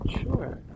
Sure